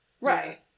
Right